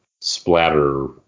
Splatter